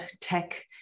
tech